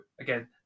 again